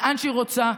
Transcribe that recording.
לאן שהיא רוצה,